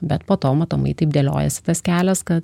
bet poto matomai taip deliojasi tas kelias kad